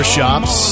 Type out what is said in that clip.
Shops